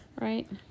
Right